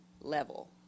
level